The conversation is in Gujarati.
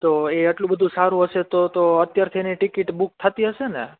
તો એ એટલું બધું સારું હશે તો તો અત્યારથી એની ટીકીટ બુક થતી હશેને